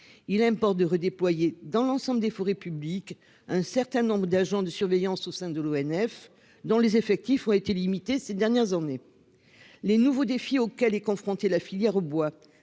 Il importe de redéployer dans l'ensemble des forêts publiques. Un certain nombre d'agents de surveillance au sein de l'ONF dont les effectifs ont été limités ces dernières années. Les nouveaux défis auxquels est confrontée la filière bois,